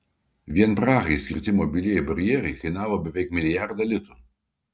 vien prahai skirti mobilieji barjerai kainavo beveik milijardą litų